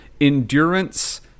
endurance